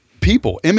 people